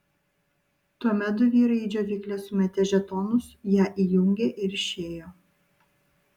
tuomet du vyrai į džiovyklę sumetė žetonus ją įjungė ir išėjo